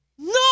No